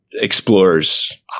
explores